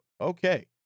Okay